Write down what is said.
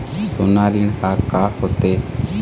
सोना ऋण हा का होते?